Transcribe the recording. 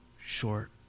short